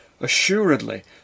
Assuredly